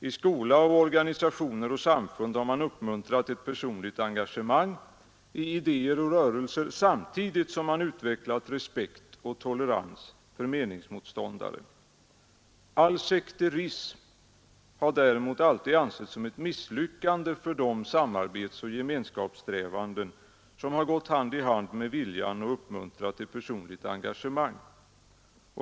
I skola, organisationer och samfund har man uppmuntrat ett personligt engagemang i idéer och rörelser samtidigt som man utvecklat respekt och tolerans för meningsmotståndare. All sekterism har däremot alltid ansetts som ett misslyckande för de samarbetsoch gemenskapssträvanden som har gått hand i hand med viljan att uppmuntra till personligt engagemang.